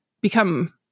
become